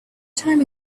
time